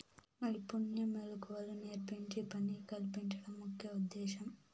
నైపుణ్య మెళకువలు నేర్పించి పని కల్పించడం ముఖ్య ఉద్దేశ్యం